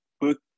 book